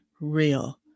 real